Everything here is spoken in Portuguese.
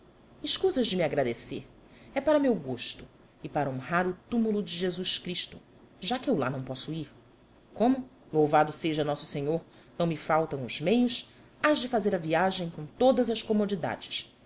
escusas de me agradecer é para meu gosto e para honrar o túmulo de jesus cristo já que eu lá não posso ir como louvado seja nosso senhor não me faltam os meios hás de fazer a viagem com todas as comodidades